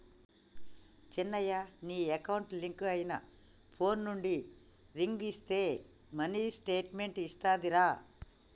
సిన్నయ నీ account link అయిన ఫోన్ నుండి రింగ్ ఇస్తే మినీ స్టేట్మెంట్ అత్తాదిరా